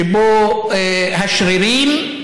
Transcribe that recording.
שבה השרירים,